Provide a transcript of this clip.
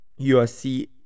USC